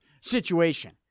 situation